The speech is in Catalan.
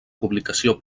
publicació